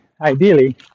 Ideally